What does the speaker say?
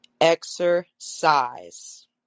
exercise